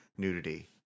nudity